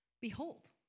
behold